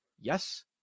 Yes